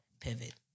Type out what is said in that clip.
pivot